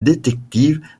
détectives